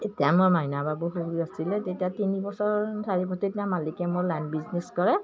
এতিয়া মোৰ মাইনা বাবু সৰু আছিলে তেতিয়া তিনিবছৰ চাৰি এতিয়া মালিকে মোৰ লেইন বিজনেছ কৰে